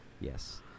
Yes